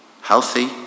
healthy